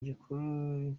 gikuru